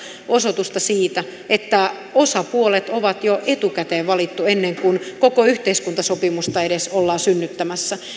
osoitus siitä että osapuolet on jo etukäteen valittu ennen kuin koko yhteiskuntasopimusta edes ollaan synnyttämässä